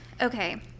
Okay